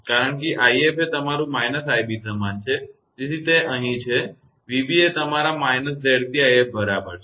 કારણ કે 𝑖𝑓 એ તમારુ −𝑖𝑏 સમાન છે તેથી તે અહીં છે 𝑣𝑏 એ તમારા −𝑍𝑐𝑖𝑓 બરાબર છે